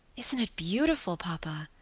isn't it beautiful, papa?